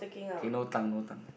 okay no tongue no tongue